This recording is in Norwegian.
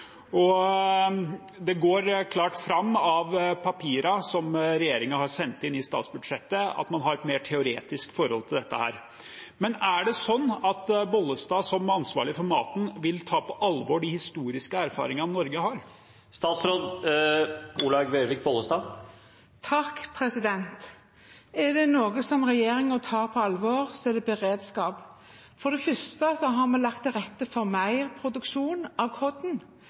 erfaringene. Det går klart fram av papirene som regjeringen har sendt inn til statsbudsjettet, at man har et mer teoretisk forhold til dette. Men er det sånn at Bollestad, som ansvarlig for maten, vil ta på alvor de historiske erfaringene Norge har? Er det noe regjeringen tar på alvor, er det beredskap. For det første har vi lagt til rette for mer produksjon av